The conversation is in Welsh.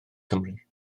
cymru